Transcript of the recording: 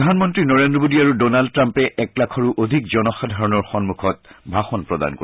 প্ৰধানমন্ত্ৰী নৰেন্দ্ৰ মোদী আৰু ডোনাল্ড ট্ৰাম্পে এক লাখৰো অধিক জনসাধাৰণৰ সন্মুখত ভাষণ প্ৰদান কৰিব